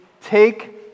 take